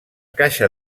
caixa